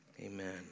amen